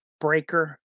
Breaker